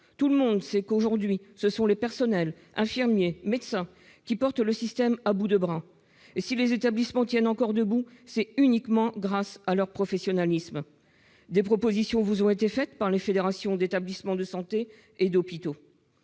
Tout le monde sait qu'aujourd'hui c'est le personnel des hôpitaux- infirmiers et médecins -qui porte le système à bout de bras ; si les établissements tiennent encore debout, c'est uniquement grâce au professionnalisme du personnel. Des propositions vous ont été faites par les fédérations d'établissements de santé et d'hôpitaux.